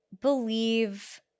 believe